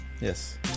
yes